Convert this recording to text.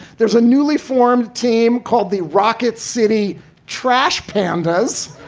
there's a newly formed team called the rocket city trash pandas.